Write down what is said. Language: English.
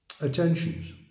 attentions